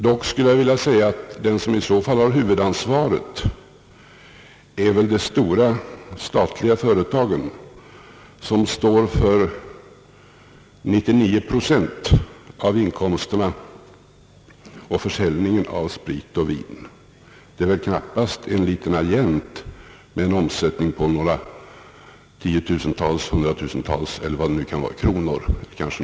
Dock skulle jag vilja säga, att de som i så fall har huvudansvaret är de stora statliga företagen, som står för 99 procent av inkomsterna på försäljningen av sprit och vin, och knappast någon liten agent med en omsättning av några tiotusental eller hundratusental kronor.